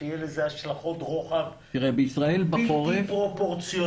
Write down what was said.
שיהיו לזה השלכות רוחב בלתי פרופורציונליות.